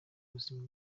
ubuzima